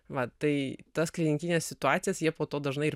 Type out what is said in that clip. va tai tas klinikines situacijas jie po to dažnai ir